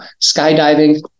Skydiving